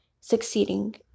succeeding